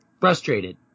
frustrated